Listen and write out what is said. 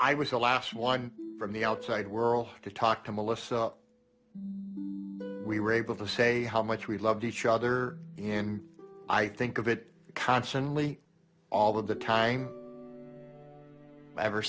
i was the last one from the outside world to talk to melissa so we were able to say how much we loved each other and i think of it constantly all the time ever